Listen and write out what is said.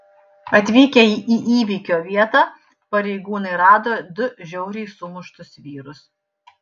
atvykę į įvykio vietą pareigūnai rado du žiauriai sumuštus vyrus